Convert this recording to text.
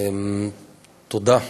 תודה.